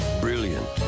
Brilliant